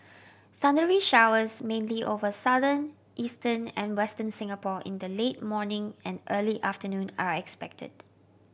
thundery showers mainly over Southern Eastern and Western Singapore in the late morning and early afternoon are expected